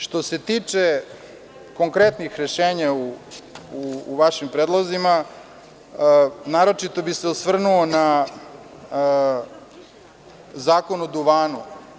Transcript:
Što se tiče konkretnih rešenja u vašim predlozima, naročito bih se osvrnuo na Zakon o duvanu.